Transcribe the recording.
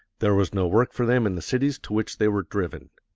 there was no work for them in the cities to which they were driven.